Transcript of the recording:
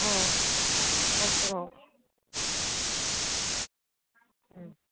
ம் ஓகேம்மா ம்